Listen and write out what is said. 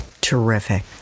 Terrific